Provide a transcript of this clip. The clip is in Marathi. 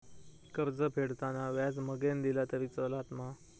कर्ज फेडताना व्याज मगेन दिला तरी चलात मा?